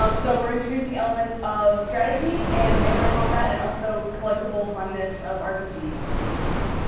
um so we're introducing elements of strategy and melee combat and also collectible funness of rpgs.